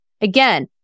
Again